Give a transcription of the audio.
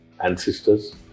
ancestors